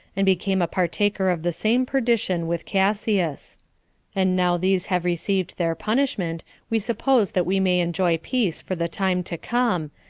and became a partaker of the same perdition with cassius and now these have received their punishment, we suppose that we may enjoy peace for the time to come,